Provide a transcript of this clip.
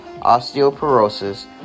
osteoporosis